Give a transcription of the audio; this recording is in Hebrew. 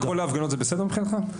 כל ההפגנות זה בסדר מבחינתך?